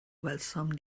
welsom